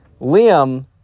Liam